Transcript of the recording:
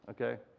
okay